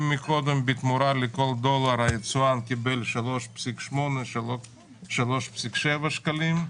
אם קודם בתמורה לכל דולר היצואן קיבל 3.8 או 3.7 שקלים,